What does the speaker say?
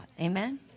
Amen